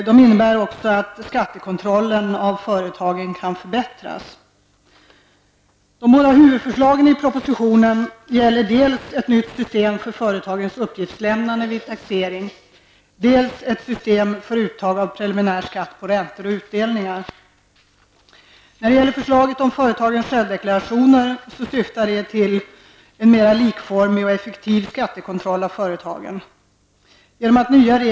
De innebär också att skattekontrollen av företagen kan förbättras. De båda huvudförslagen i propositionen gäller dels ett nytt system för företagens uppgiftslämnande vid taxering, dels ett system för uttag av preliminär skatt på räntor och utdelningar. Förslaget om företagens självdeklarationer syftar till en mer likformig och effektiv skattekontroll av företagen.